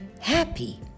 Happy